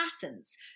patterns